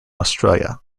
australia